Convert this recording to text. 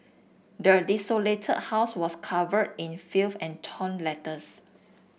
the desolated house was covered in filth and torn letters